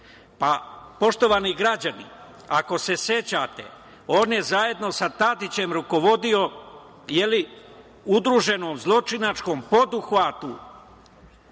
Pa, poštovani građani, ako se sećate, on je zajedno sa Tadićem rukovodio udruženom zločinačkom poduhvatu